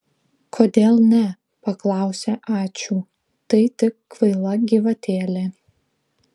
kodėl ne paklausė ačiū tai tik kvaila gyvatėlė